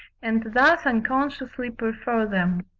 and thus unconsciously prefer them.